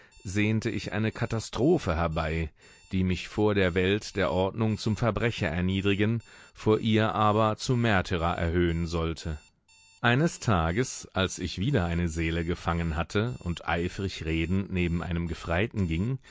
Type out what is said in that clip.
sehnte ich eine katastrophe herbei die mich vor der welt der ordnung zum verbrecher erniedrigen vor ihr aber zum märtyrer erhöhen sollte eines tages als ich wieder eine seele gefangen hatte und eifrig redend neben einem gefreiten ging